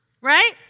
Right